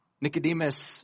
Nicodemus